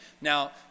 Now